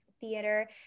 theater